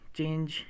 change